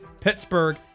Pittsburgh